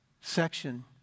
section